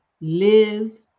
lives